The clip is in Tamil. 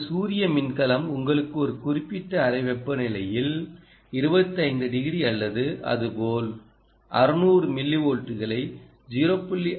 ஒரு சூரிய மின்கலம் உங்களுக்கு ஒரு குறிப்பிட்ட அறை வெப்பநிலையில் 25 டிகிரி அல்லது அதுபோல் 600 மில்லிவோல்ட்களை 0